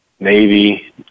Navy